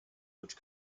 which